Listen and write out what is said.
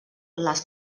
les